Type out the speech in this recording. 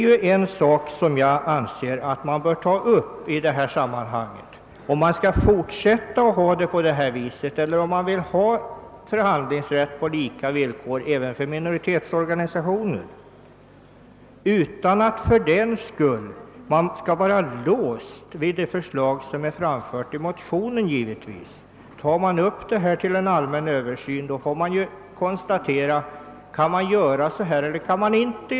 Jag anser att man i dessa sammanhang bör ta upp frågan om man skall fortsätta att ha det på detta sätt eller om man vill ha förhandlingsrätt på lika villkor även för minoritetsorganisationer, givetvis utan att för den skull vara låst vid det förslag som är framfört i motionen. Tar man upp denna lagstiftning till en allmän översyn får man bestämma sig: kan man göra på detta sätt eller inte?